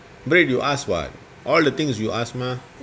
bread you ask what all the things you ask mah